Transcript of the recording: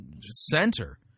center